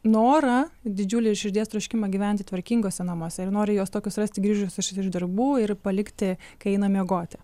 norą didžiulės širdies troškimą gyventi tvarkinguose namuose ir nori juos tokius rasti grįžus iš darbų ir palikti kai eina miegoti